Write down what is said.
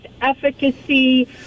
efficacy